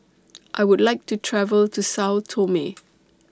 I Would like to travel to Sao Tome